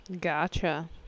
Gotcha